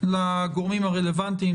לגורמים הרלוונטיים,